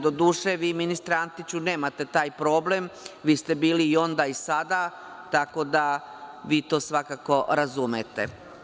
Doduše, vi ministre Antiću nemate taj problem, vi ste bili i onda i sada, tako da vi to svakako razumete.